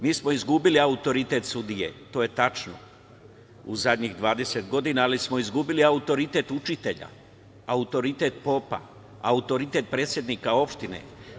Mi smo izgubili autoritet sudije, to je tačno, u zadnjih 20 godina, ali smo izgubili autoritet učitelja, autoritet popa, autoritet predsednika opštine.